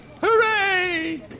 Hooray